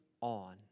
on